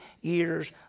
years